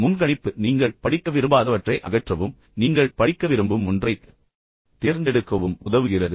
முன்கணிப்பு நீங்கள் படிக்க விரும்பாதவற்றை அகற்றவும் நீங்கள் படிக்க விரும்பும் ஒன்றைத் தேர்ந்தெடுக்கவும் உதவுகிறது